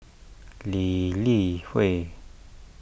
Lee Li Hui